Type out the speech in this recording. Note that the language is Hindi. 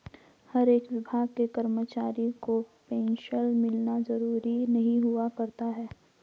हर एक विभाग के कर्मचारी को पेन्शन मिलना जरूरी नहीं हुआ करता है